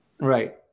Right